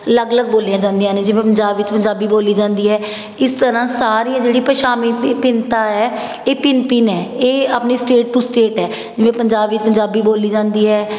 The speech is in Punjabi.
ਅਲੱਗ ਅਲੱਗ ਬੋਲੀਆਂ ਜਾਂਦੀਆਂ ਨੇ ਜਿਵੇਂ ਪੰਜਾਬ ਵਿੱਚ ਪੰਜਾਬੀ ਬੋਲੀ ਜਾਂਦੀ ਹੈ ਇਸ ਤਰ੍ਹਾਂ ਸਾਰੀਆਂ ਜਿਹੜੀ ਭਾਸ਼ਾਵੀ ਭਿੰਨਤਾ ਹੈ ਇਹ ਭਿੰਨ ਭਿੰਨ ਹੈ ਇਹ ਆਪਣੀ ਸਟੇਟ ਟੂ ਸਟੇਟ ਹੈ ਜਿਵੇਂ ਪੰਜਾਬ ਵਿੱਚ ਪੰਜਾਬੀ ਬੋਲੀ ਜਾਂਦੀ ਹੈ